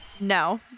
No